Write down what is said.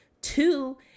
Two